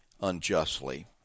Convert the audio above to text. unjustly